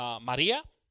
María